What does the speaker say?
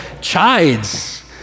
chides